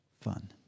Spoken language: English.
fun